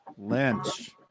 Lynch